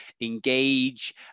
engage